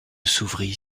s’ouvrit